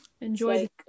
enjoy